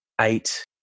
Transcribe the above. eight